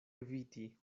eviti